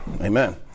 Amen